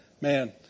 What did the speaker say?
man